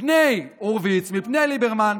מפני הורוביץ, מפני ליברמן.